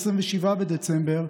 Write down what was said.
27 בדצמבר,